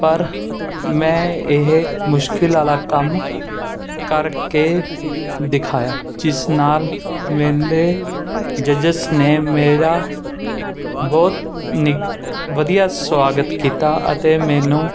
ਪਰ ਮੈਂ ਇਹ ਮੁਸ਼ਕਿਲ ਵਾਲਾ ਕੰਮ ਕਰਕੇ ਦਿਖਾਇਆ ਜਿਸ ਨਾਲ ਮੇਰੇ ਜਜਸ ਨੇ ਮੇਰਾ ਬਹੁਤ ਨਿੱਘਾ ਵਧੀਆ ਸੁਆਗਤ ਕੀਤਾ ਅਤੇ ਮੈਨੂੰ